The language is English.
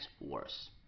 worse